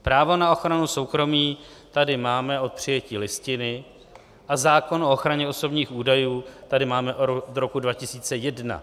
Právo na ochranu soukromí tady máme od přijetí Listiny a zákon o ochraně osobních údajů tady máme od roku 2001.